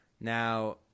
Now